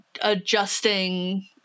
adjusting